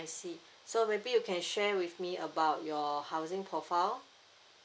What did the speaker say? I see so maybe you can share with me about your housing profile